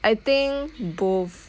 I think both